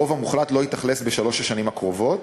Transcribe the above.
הרוב המוחלט לא יאוכלס בשלוש השנים הקרובות,